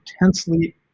intensely